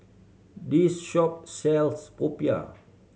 this shop sells popiah